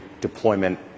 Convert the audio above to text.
deployment